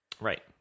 Right